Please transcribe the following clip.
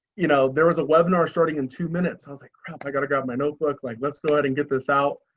you know, there was a webinar starting in two minutes, i was like, crap, i gotta grab my notebook. like, let's go ahead and get this out.